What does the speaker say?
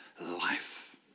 life